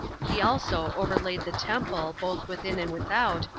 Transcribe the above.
he also overlaid the temple, both within and without,